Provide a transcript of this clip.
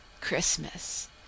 Christmas